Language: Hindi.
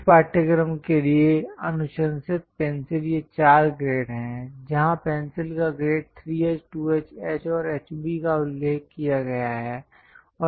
इस पाठ्यक्रम के लिए अनुशंसित पेंसिल ये चार ग्रेड हैं जहां पेंसिल का ग्रेड 3H 2H H और HB का उल्लेख किया गया है